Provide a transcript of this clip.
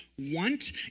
want